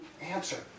answer